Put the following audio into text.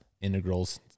integrals